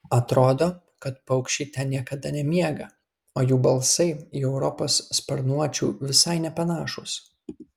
atrodo kad paukščiai ten niekada nemiega o jų balsai į europos sparnuočių visai nepanašūs